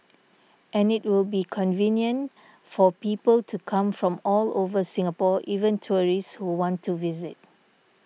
and it will be convenient for people to come from all over Singapore even tourists who want to visit